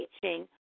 teaching